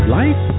life